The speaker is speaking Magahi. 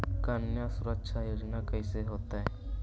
कन्या सुरक्षा योजना कैसे होतै?